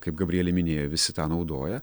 kaip gabrielė minėjo visi tą naudoja